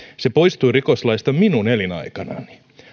se poistui rikoslaista minun elinaikanani